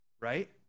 right